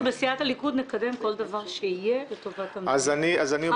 אנחנו בסיעת הליכוד נקדם כל דבר לטובת המדינה ובהסכמה.